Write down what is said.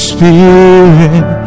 Spirit